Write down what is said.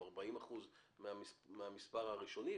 או למעלה מ-40% מהמספר הראשוני.